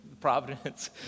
Providence